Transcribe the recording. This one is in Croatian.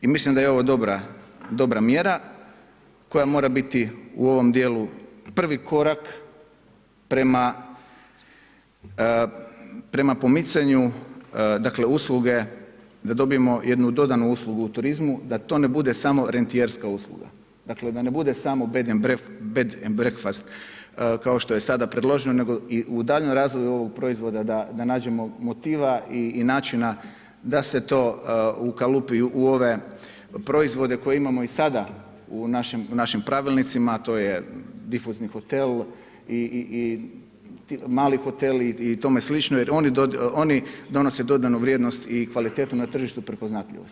I mislim da je ovo dobra mjera koja mora biti u ovom dijelu prvi korak prema pomicanju dakle usluge da dobijemo jednu dobru uslugu u turizmu da to ne bude samo rentijerska usluga, dakle da ne bude samo bed and breakfast kao što je sada predloženo nego i u daljnjem razvoju ovog proizvoda da nađemo motiva i načina da se to ukalupi u ove proizvode koje imamo i sada u našim pravilnicima a to je difuzni hotel i mali hoteli i tome slično jer oni donose dodanu vrijednost i kvalitetu na tržištu prepoznatljivosti.